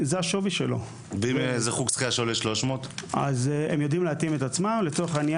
שלא יכולים לצאת לבתי